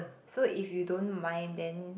so if you don't mind then